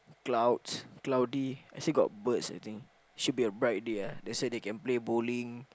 clouds cloudy I see got birds I think should be a bright day ah that's why they can play bowling